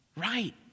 Right